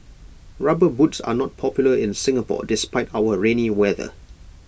rubber boots are not popular in Singapore despite our rainy weather